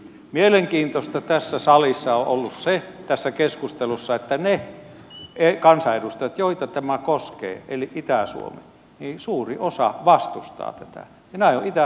mielenkiintoista tässä salissa tässä keskustelussa on ollut se että niistä kansanedustajista joita tämä koskee eli itä suomen suuri osa vastustaa tätä ja nämä ovat itä suomen asukkaita